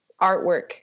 artwork